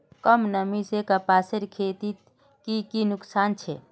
कम नमी से कपासेर खेतीत की की नुकसान छे?